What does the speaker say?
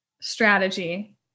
strategy